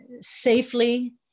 safely